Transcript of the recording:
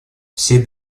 все